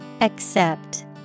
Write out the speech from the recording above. Accept